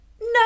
No